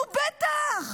נו, בטח,